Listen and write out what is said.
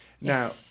Now